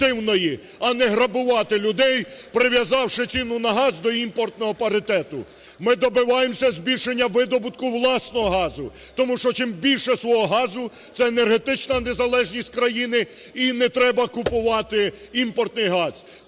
а не грабувати людей, прив'язавши ціну на газ до імпортного паритету. Ми добиваємося збільшення видобутку власного газу, тому що чим більше свого газу – це енергетична незалежність країни, і не треба купувати імпортний газ.